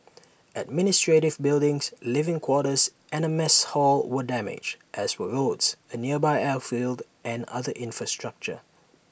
administrative buildings living quarters and A mess hall were damaged as were roads A nearby airfield and other infrastructure